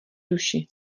duši